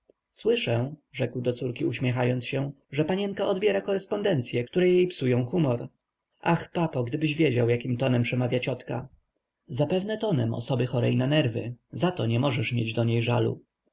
słyszę rzekł do córki uśmiechając się że panienka odbiera korespondencye które jej psują humor ach papo gdybyś wiedział jakim tonem przemawia ciotka zapewne tonem osoby chorej na nerwy za to nie możesz mieć do niej żalu